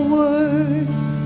words